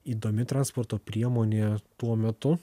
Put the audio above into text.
įdomi transporto priemonė tuo metu